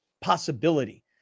possibility